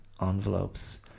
envelopes